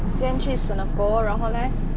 你今天去 senoko 然后 leh